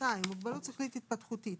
מוגבלות שכלית-התפתחותית,